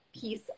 piece